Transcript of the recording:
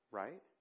right